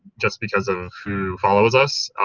just because of who follows us,